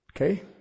Okay